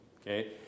Okay